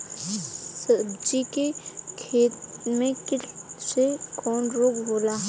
सब्जी के खेतन में कीट से कवन रोग होला?